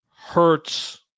hurts